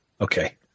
Okay